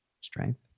strength